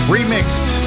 Remixed